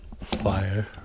fire